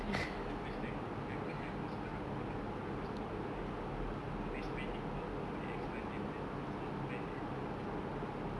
it was the first time we I because I was one of I'm one of those singaporean got the spending power for the extra ten cents so I just bayar the extra cent